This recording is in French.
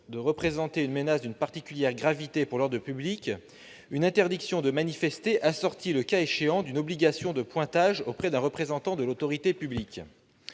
de représenter une menace d'une particulière gravité pour l'ordre public, une interdiction de manifester, assortie, le cas échéant, d'une obligation de « pointage » auprès d'un représentant de l'autorité publique.